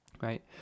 right